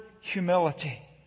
humility